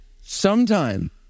Sometime